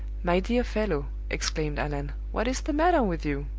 my dear fellow, exclaimed allan, what is the matter with you?